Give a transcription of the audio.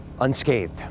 unscathed